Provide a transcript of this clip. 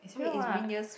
wait is reindeer's